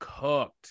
cooked